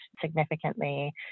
significantly